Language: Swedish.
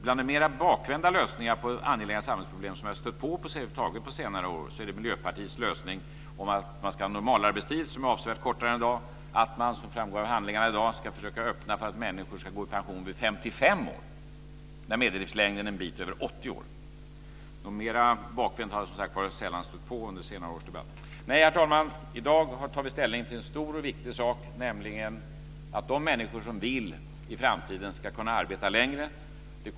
Bland de mer bakvända lösningar på angelägna samhällsproblem som jag på senare år över huvud taget har stött på är Miljöpartiets lösning att man ska ha en normalarbetstid som är avsevärt kortare än i dag, att man, som framgår av handlingarna, ska försöka öppna för att människor ska gå i pension vid 55 år, när medellivslängden är en bit över 80 år. Något mer bakvänt har jag som sagt var sällan stött på under senare års debatt. Nej, herr talman, i dag tar vi ställning till en stor och viktig sak, nämligen att de människor som vill i framtiden ska kunna arbeta längre.